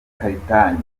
karitanyi